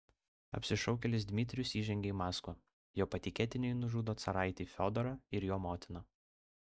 apsišaukėlis dmitrijus įžengia į maskvą jo patikėtiniai nužudo caraitį fiodorą ir jo motiną